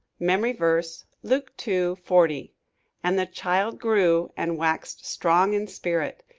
memory verse, luke two forty and the child grew, and waxed strong in spirit,